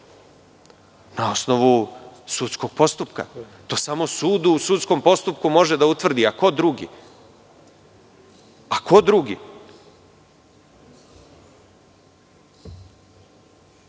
osnovu sudskog postupka. To samo sud u sudskom postupku može da utvrdi. Ko drugi? Priča